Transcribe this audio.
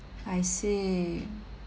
I see